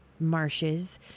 marshes